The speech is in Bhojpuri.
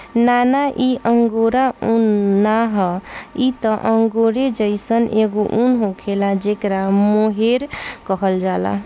ना ना इ अंगोरा उन ना ह इ त अंगोरे जइसन एगो उन होखेला जेकरा मोहेर कहल जाला